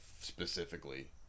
specifically